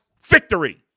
victory